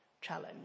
Challenge